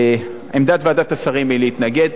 עמדת ועדת השרים היא להתנגד.